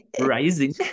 Rising